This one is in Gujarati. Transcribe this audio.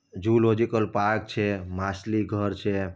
જિયોલોજીકલ પાર્ક છે માછલી ઘર છે